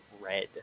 red